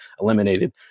eliminated